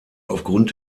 aufgrund